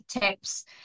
tips